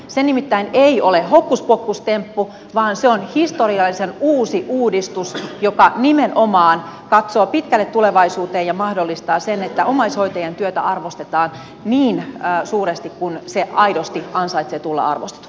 se nimittäin ei ole hokkuspokkustemppu vaan se on historiallisen uusi uudistus joka nimenomaan katsoo pitkälle tulevaisuuteen ja mahdollistaa sen että omaishoitajien työtä arvostetaan niin suuresti kuin se aidosti ansaitsee tulla arvostetuksi